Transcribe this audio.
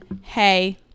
Hey